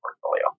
portfolio